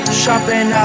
shopping